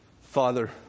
Father